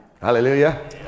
Hallelujah